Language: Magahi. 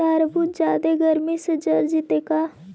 तारबुज जादे गर्मी से जर जितै का?